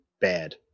bad